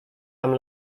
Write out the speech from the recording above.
tam